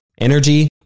energy